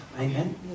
Amen